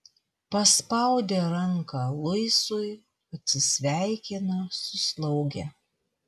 paspaudė ranką luisui atsisveikino su slauge